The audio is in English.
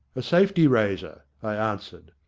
a safety razor, i answered.